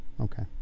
okay